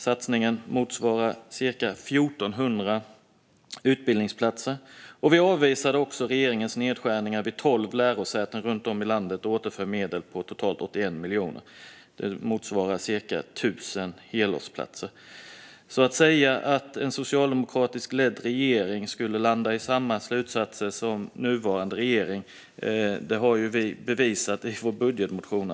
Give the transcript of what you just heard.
Satsningen motsvarar cirka 1 400 utbildningsplatser. Vi avvisade också regeringens nedskärningar vid tolv lärosäten runt om i landet och återförde medel om totalt 81 miljoner, vilket motsvarar cirka 1 000 helårsplatser. Att en socialdemokratiskt ledd regering skulle landa i samma slutsatser som nuvarande regering är alltså inte fallet; det har vi bevisat i vår budgetmotion.